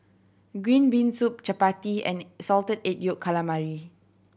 green bean soup chappati and Salted Egg Yolk Calamari